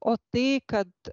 o tai kad